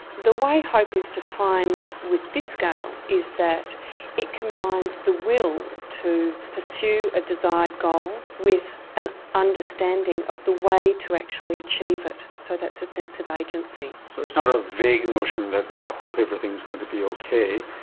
the way hope is defined with this scale is that it combines the will to pursue a desired goal with an understanding of the way to actually achieve it. so that's a sense of agency. so it's not a vague notion that i hope everything's going to be ok,